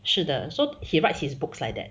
是的 so he writes his books like that